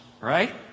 right